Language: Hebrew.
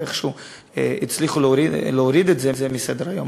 ואיכשהו הצליחו להוריד את זה מסדר-היום,